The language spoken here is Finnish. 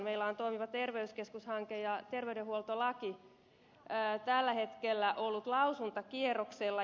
meillä on toimiva terveyskeskus hanke ja terveydenhuoltolaki on tällä hetkellä ollut lausuntokierroksella